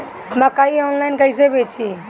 मकई आनलाइन कइसे बेची?